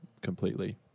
completely